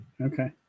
Okay